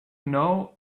know